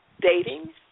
dating